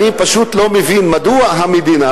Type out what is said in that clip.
אני פשוט לא מבין מדוע המדינה,